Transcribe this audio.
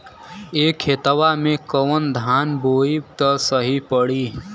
ए खेतवा मे कवन धान बोइब त सही पड़ी?